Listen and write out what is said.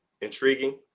intriguing